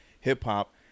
hip-hop